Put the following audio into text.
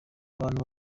abantu